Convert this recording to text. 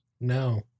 No